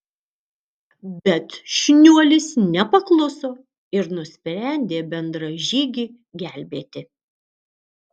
bet šniuolis nepakluso ir nusprendė bendražygį gelbėti